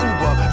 Uber